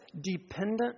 dependent